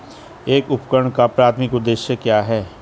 एक उपकरण का प्राथमिक उद्देश्य क्या है?